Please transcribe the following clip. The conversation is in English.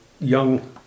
young